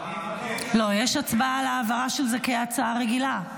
לא, יש הצבעה על העברה של זה כהצעה רגילה.